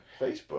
Facebook